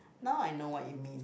now I know what it mean